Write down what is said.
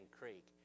Creek